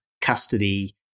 custody